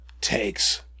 takes